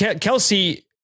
Kelsey